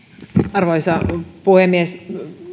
arvoisa puhemies